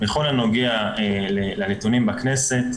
בכל הנוגע לנתונים בכנסת,